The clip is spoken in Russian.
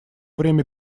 время